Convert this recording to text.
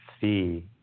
see